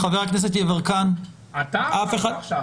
חבר הכנסת יברקן, אף אחד --- אתה אמרת עכשיו.